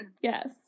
Yes